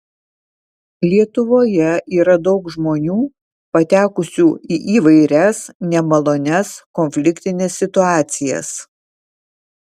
lietuvoje yra daug žmonių patekusių į įvairias nemalonias konfliktines situacijas